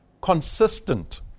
consistent